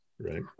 Right